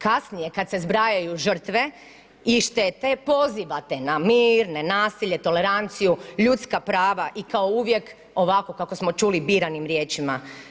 Kasnije kada se zbrajaju žrtve i štete pozivate na mir, nenasilje, toleranciju, ljudska prava i kao uvijek ovako kako smo čuli biranim riječima.